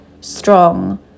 strong